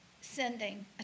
sending